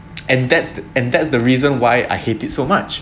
and that's and that's the reason why I hate it so much